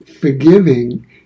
forgiving